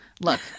look